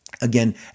Again